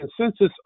consensus